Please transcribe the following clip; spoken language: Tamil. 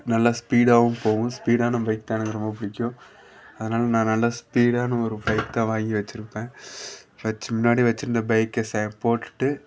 நல்லா ஸ்பீடாகவும் போகும் ஸ்பீடான பைக் தான் எனக்கு ரொம்ப பிடிக்கும் அதனால் நான் நல்ல ஸ்பீடான ஒரு பைக் தான் வாங்கி வச்சிருப்பேன் வச்சி முன்னாடி வச்சிருந்த பைக்கை ச போட்டுட்டு